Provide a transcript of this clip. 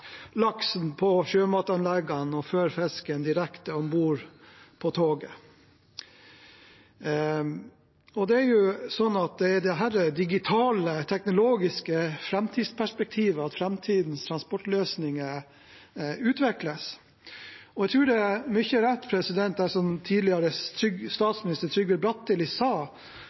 laksen på sjømatanleggene og fører fisken direkte om bord på toget. Det er jo i dette digitale, teknologiske perspektivet at framtidens transportløsninger utvikles. Jeg tror det er mye rett i det som tidligere statsminister Trygve Bratteli sa